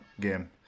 game